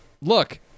Look